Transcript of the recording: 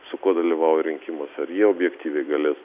su kuo dalyvavauja rinkimuose ir jie objektyviai galės